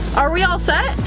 are we all set?